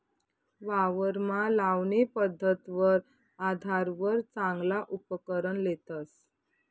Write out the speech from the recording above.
वावरमा लावणी पध्दतवर आधारवर चांगला उपकरण लेतस